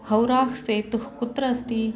हौराह् सेतुः कुत्र अस्ति